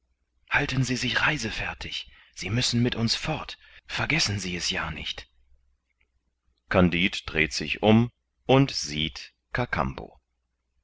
halten sie sich reisefertig sie müssen mit uns fort vergessen sie es ja nicht kandid dreht sich um und sieht